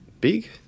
big